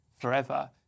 forever